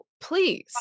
please